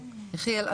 יחיאל,